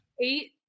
eight